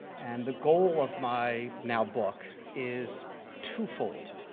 and the goal of my now book is twofold.